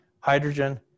hydrogen